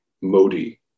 Modi